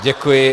Děkuji.